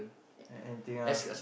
ya anything ah